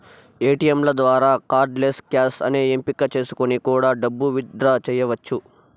ఏటీయంల ద్వారా cardless cash అనే ఎంపిక చేసుకొని కూడా డబ్బు విత్ డ్రా చెయ్యచ్చు